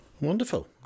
wonderful